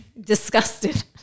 disgusted